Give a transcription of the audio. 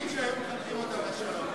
נגיד שהיו מחנכים אותם לשלום,